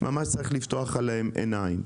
צריך לפתוח עליהם עיניים.